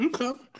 Okay